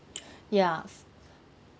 ya